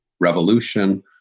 Revolution